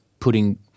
putting